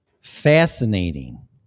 Fascinating